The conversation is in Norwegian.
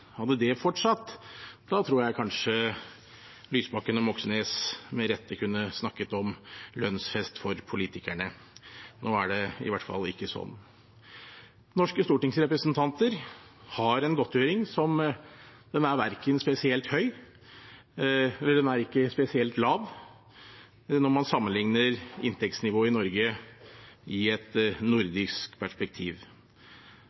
Hadde det fortsatt, tror jeg kanskje Lysbakken og Moxnes med rette kunne snakket om lønnsfest for politikerne. Nå er det i hvert fall ikke sånn. Norske stortingsrepresentanter har en godtgjøring som er verken spesielt høy eller spesielt lav, når man sammenligner inntektsnivået i Norge i et